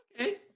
okay